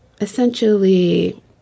Essentially